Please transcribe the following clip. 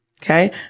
Okay